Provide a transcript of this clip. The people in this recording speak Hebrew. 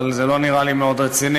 אבל זה לא נראה לי מאוד רציני.